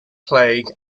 plague